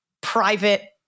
private